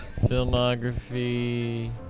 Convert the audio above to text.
Filmography